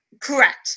Correct